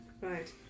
Right